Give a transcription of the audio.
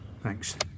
Thanks